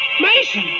Mason